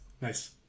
Nice